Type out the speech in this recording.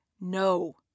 No